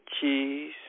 cheese